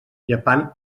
llepant